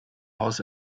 haus